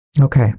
Okay